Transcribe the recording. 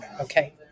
okay